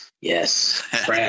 yes